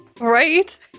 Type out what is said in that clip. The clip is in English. Right